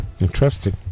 Interesting